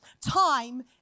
time